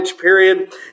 Period